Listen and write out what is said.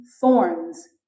thorns